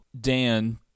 dan